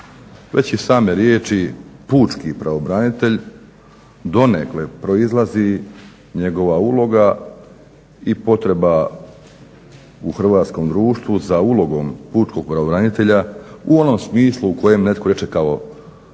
Već i same riječi pučki pravobranitelj donekle proizlazi njegova uloga i potreba u hrvatskom društvu za ulogom pučkog pravobranitelja u onom smislu u kojem netko reče kao